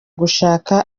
gushaka